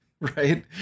Right